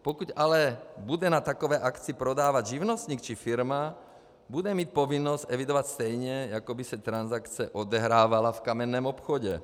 Pokud ale bude na takové akci prodávat živnostník či firma, bude mít povinnost evidovat stejně, jako by se transakce odehrávala v kamenném obchodě.